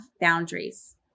boundaries